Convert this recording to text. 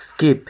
skip